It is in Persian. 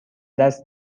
دست